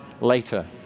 later